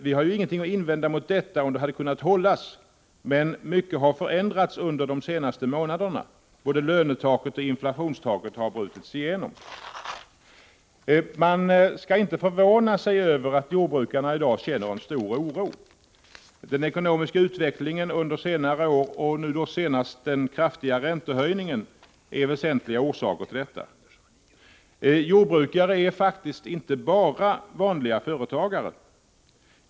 Vi har ingenting att invända mot detta mål, om det hade kunnat förverkligas. Men mycket har förändrats under de senaste månaderna. Både lönetaket och inflationstaket har brutits igenom. Man skall inte förvåna sig över att jordbrukarna i dag känner en stor oro. Den ekonomiska utvecklingen under senare år och den nyligen genomförda kraftiga räntehöjningen är väsentliga orsaker till detta. Jordbrukare är faktiskt inte bara vanliga företagare.